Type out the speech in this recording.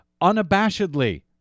unabashedly